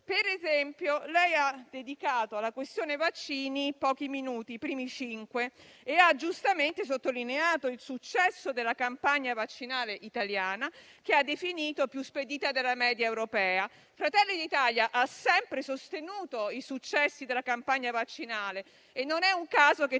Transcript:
Per esempio, lei ha dedicato alla questione vaccini pochi minuti, i primi cinque del suo intervento. Ha giustamente sottolineato il successo della campagna vaccinale italiana, che ha definito più spedita della media europea. Fratelli d'Italia ha sempre sostenuto i successi della campagna vaccinale e non è un caso che